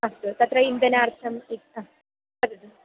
अस्तु तत्र इन्धनार्थम् इत् आ वदतु